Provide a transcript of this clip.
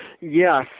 Yes